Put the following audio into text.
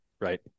Right